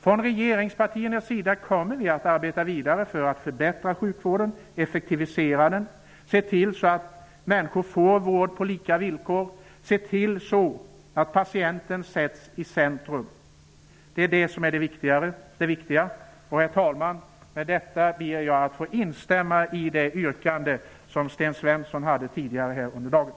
Från regeringspartierna kommer vi att arbeta vidare med att förbättra sjukvården och effektivisera den. Vi skall se till att människor får vård på lika villkor och att patienten sätts i centrum. Det är det som är det viktiga. Herr talman! Med detta ber jag att få instämma i det yrkande som Sten Svensson avgav här i kammaren tidigare under dagen.